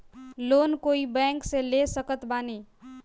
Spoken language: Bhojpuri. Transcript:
लोन कोई बैंक से ले सकत बानी?